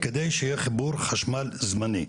כדי שיהיה חיבור חשמל זמני.